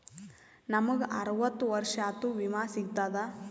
ನಮ್ ಗ ಅರವತ್ತ ವರ್ಷಾತು ವಿಮಾ ಸಿಗ್ತದಾ?